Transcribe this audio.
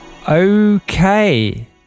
Okay